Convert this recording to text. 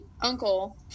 uncle